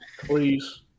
please